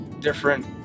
different